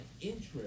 interest